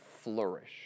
flourish